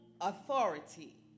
authority